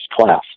class